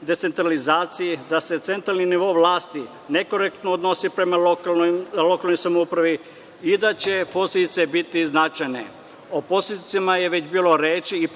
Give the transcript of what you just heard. decentralizaciji, da se centralni nivo vlasti nekorektno odnosi prema lokalnoj samoupravi i da će posledice biti značajne. O posledicama je već bilo reči i